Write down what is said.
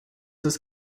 ist